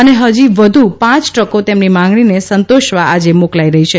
અને ફજુ વધુ પાંચ ટ્રકો તેમની માંગણીને સંતોષવા આજે મોકલાઇ રહી છે